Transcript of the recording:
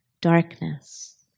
darkness